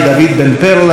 דוד בן פרלה,